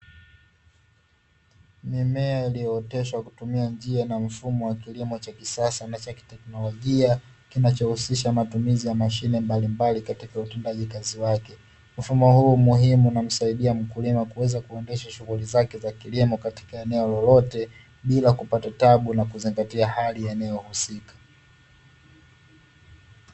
Mimea iliyooteshwa kutumia njia na mfumo wa kilimo cha kisasa na cha kiteknolojia, kinachohusisha matumizi ya mashine mbalimbali katika utendaji kazi wake. Mfumo huu muhimu unamsaidia mkulima kuweza kuendesha shughuli zake za kilimo katika eneo lolote, bila kupata tabu na kuzingatia hali ya eneo husika.